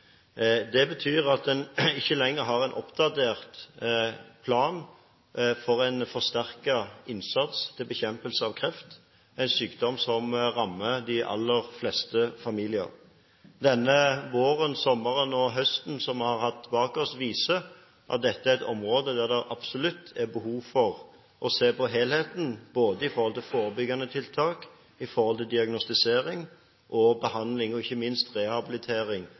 Det betyr at en ikke lenger har en oppdatert plan for en forsterket innsats for bekjempelse av kreft, en sykdom som rammer de aller fleste familier. Den våren, sommeren og høsten som vi har bak oss, viser at dette er et område der det absolutt er behov for å se på helheten både i forhold til forebyggende tiltak, i forhold til diagnostisering og behandling og ikke minst i forhold til rehabilitering